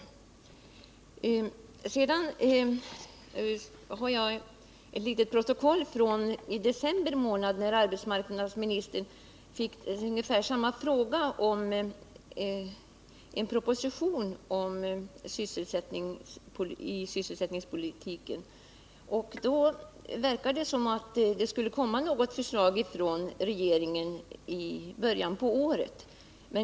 Jag har läst ett protokoll från december månad när arbetsmarknadsministern fick ungefär samma fråga om en proposition om sysselsättningspolitiken. Där verkar det som om det skulle komma något förslag från regeringen i början av året.